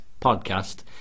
podcast